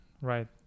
right